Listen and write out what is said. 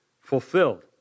fulfilled